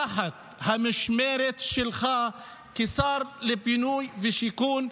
תחת המשמרת שלך כשר הבינוי והשיכון,